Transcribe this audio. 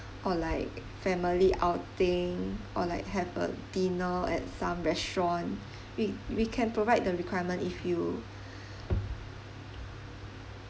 or like family outing or like have a dinner at some restaurant we we can provide the requirement if you